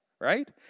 right